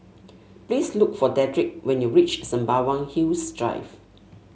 please look for Dedric when you reach Sembawang Hills Drive